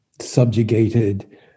subjugated